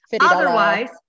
Otherwise